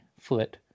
foot